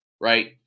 right